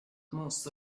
mūsu